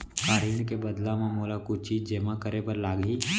का ऋण के बदला म मोला कुछ चीज जेमा करे बर लागही?